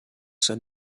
said